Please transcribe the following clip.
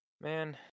Man